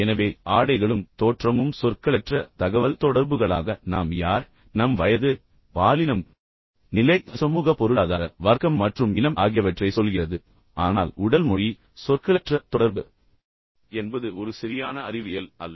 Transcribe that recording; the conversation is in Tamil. எனவே ஆடைகளும் தோற்றமும் சொற்களற்ற தகவல்தொடர்புகளாக நாம் யார் நம் வயது பாலினம் நிலை சமூக பொருளாதார வர்க்கம் மற்றும் இனம் ஆகியவற்றை சொல்கிறது ஆனால் உடல் மொழி சொற்களற்ற தொடர்பு என்பது ஒரு சரியான அறிவியல் அல்ல